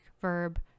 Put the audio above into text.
verb